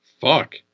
Fuck